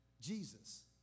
Jesus